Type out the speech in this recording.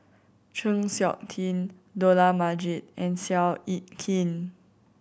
Chng Seok Tin Dollah Majid and Seow Yit Kin